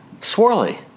Swirly